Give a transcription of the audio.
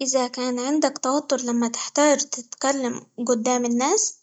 إذا كان عندك توتر لما تحتاج تتكلم قدام الناس،